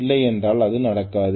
இல்லையெனில் அது நடக்காது